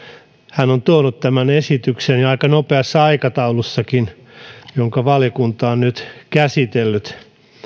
hän on tuonut tämän esityksen ja aika nopeassa aikataulussakin jonka valiokunta on nyt käsitellyt